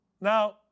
Now